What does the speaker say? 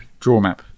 DrawMap